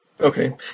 Okay